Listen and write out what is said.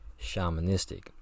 shamanistic